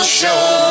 show